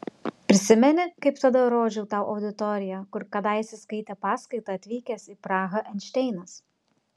prisimeni kaip tada rodžiau tau auditoriją kur kadaise skaitė paskaitą atvykęs į prahą einšteinas